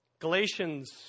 Galatians